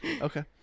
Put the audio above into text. Okay